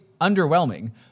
underwhelming